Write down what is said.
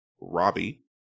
Robbie